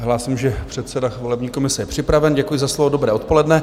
Hlásím, že předseda volební komise je připraven, děkuji za slovo, dobré odpoledne.